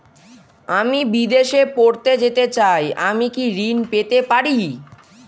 আমি বিদেশে পড়তে যেতে চাই আমি কি ঋণ পেতে পারি?